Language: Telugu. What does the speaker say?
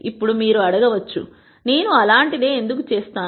ఇప్పుడు మీరు అడగ వచ్చు నేను అలాంటిదే ఎందుకు చేస్తాను